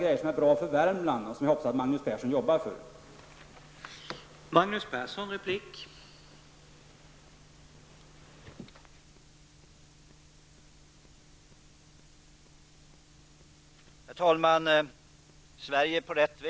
Sådant är bra för Värmland, och jag hoppas att Magnus Persson arbetar för det.